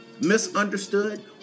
misunderstood